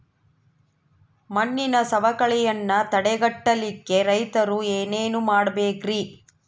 ಮಣ್ಣಿನ ಸವಕಳಿಯನ್ನ ತಡೆಗಟ್ಟಲಿಕ್ಕೆ ರೈತರು ಏನೇನು ಮಾಡಬೇಕರಿ?